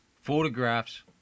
photographs